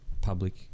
Public